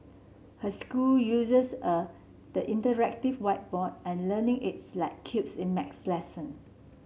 her school uses a the interactive whiteboard and learning aids like cubes in maths lesson